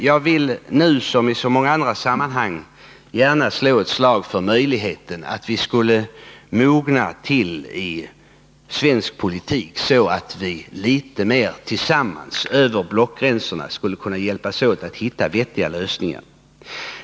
Jag vill nu som i så många andra sammanhang gärna slå ett slag för möjligheten att vi skulle mogna till i svensk politik, så att vi litet mer tillsammans över blockgränserna skulle kunna hjälpas åt att hitta vettiga lösningar.